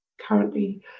currently